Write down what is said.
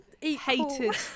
hated